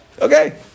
Okay